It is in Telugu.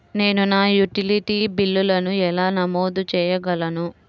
నేను నా యుటిలిటీ బిల్లులను ఎలా నమోదు చేసుకోగలను?